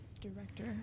director